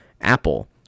Apple